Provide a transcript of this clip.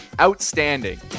outstanding